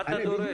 מה אתה דורש?